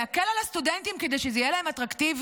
להקל על הסטודנטים כדי שזה יהיה להם אטרקטיבי,